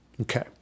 Okay